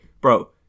bro